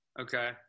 Okay